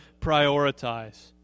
prioritize